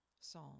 Psalm